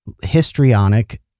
histrionic